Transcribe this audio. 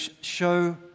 show